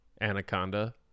Anaconda